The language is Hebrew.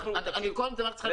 על כל דבר אני צריכה לבקש מהם רשות?